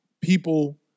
people